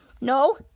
no